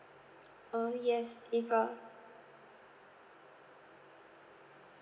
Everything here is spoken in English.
uh yes if uh